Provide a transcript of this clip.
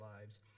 lives